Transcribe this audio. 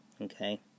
Okay